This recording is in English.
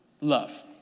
Love